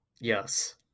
Yes